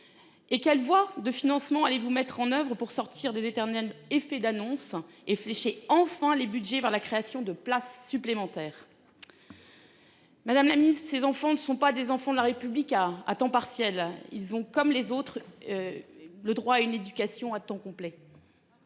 Et qu'elle voit de financement allez vous mettre en oeuvre pour sortir des éternels effets d'annonce et fléché enfin les Budgets vers la création de places supplémentaires. Madame la Ministre, ces enfants ne sont pas des enfants de la Republika à temps partiel, ils ont comme les autres. Le droit à une éducation à temps complet.